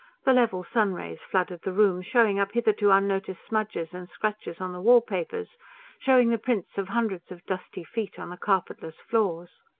the level sunrays flooded the rooms, showing up hitherto unnoticed smudges and scratches on the wall-papers showing the prints of hundreds of dusty feet on the carpetless floors.